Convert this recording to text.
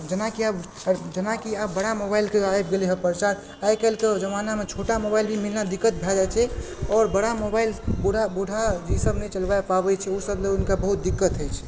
जेना कि आब बड़ा मोबाइल आबि गेलय हँ प्रचार आइ काल्हिके जमानामे छोटा मोबाइल भी मिलना दिक्कत भै जाइ छै आओर बड़ा मोबाइल बूढ़ा आदमीसभ नहि चलबा पाबैय छै ओहिसभ लए हुनका बहुत दिक्कत होइत छै